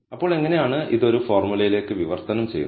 അപ്പോൾ എങ്ങനെയാണ് ഇത് ഒരു ഫോർമുലയിലേക്ക് വിവർത്തനം ചെയ്യുന്നത്